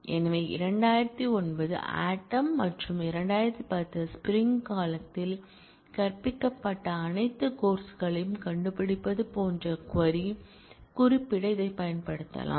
எனவே 2009 ஆட்டம் மற்றும் 2010 ஸ்ப்ரிங் காலத்தில் கற்பிக்கப்பட்ட அனைத்து கோர்ஸ் களையும் கண்டுபிடிப்பது போன்ற க்வரி குறிப்பிட இதைப் பயன்படுத்தலாம்